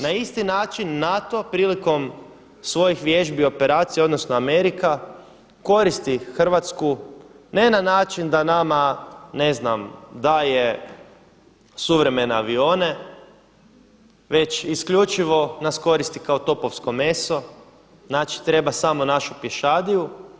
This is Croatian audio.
Na isti način NATO prilikom svojih vježbi i operacija odnosno Amerika koristi Hrvatsku ne na način da nama ne znam daje suvremene avione već isključivo nas koristi kao topovsko meso, znači treba samo našu pješadiju.